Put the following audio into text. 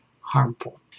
harmful